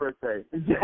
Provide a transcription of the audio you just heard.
birthday